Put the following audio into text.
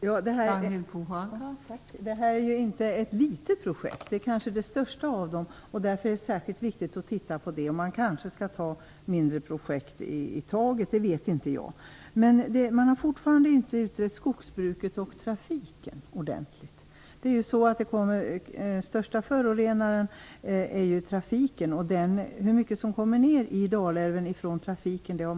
Fru talman! Detta är inget litet projekt. Det är kanske det största av dem. Därför är det särskilt viktigt att titta på det. Man har fortfarande inte utrett skogsbruket och trafiken ordentligt. Trafiken är ju den största förorenaren. Man har inte tagit reda på hur mycket som kommer ner i Dalälven från trafiken.